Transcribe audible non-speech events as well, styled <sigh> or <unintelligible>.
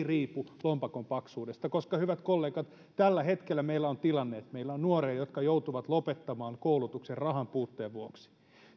<unintelligible> riipu lompakon paksuudesta koska hyvät kollegat tällä hetkellä meillä on tilanne että meillä on nuoria jotka joutuvat lopettamaan koulutuksen rahanpuutteen vuoksi